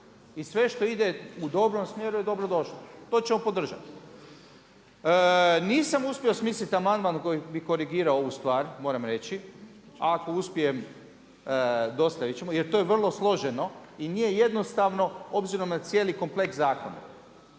I sve što ide u dobrom smjeru to je dobrodošlo, to ćemo podržati. Nisam uspio smisliti amandman koji bi korigirao ovu stvar, moram reći, a ako uspijem dostavit ćemo jer to je vrlo složeno i nije jednostavno obzirom na cijeli kompleks zakona.